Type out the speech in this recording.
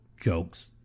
jokes